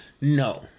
No